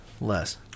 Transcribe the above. Less